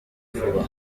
vuba